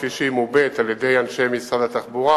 כפי שהיא מובאת על-ידי אנשי משרד התחבורה,